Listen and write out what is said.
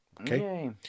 Okay